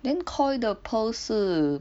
then Koi 的 pearl 是